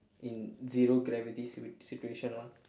in zero gravity situ~ situation all